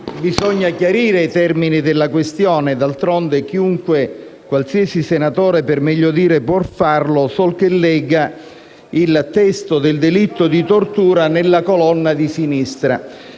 bisogna chiarire i termini della questione. D'altronde, qualsiasi senatore può farlo sol che legga il testo del delitto di tortura nella colonna di sinistra